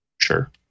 Sure